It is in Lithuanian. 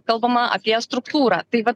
kalbama apie struktūrą tai va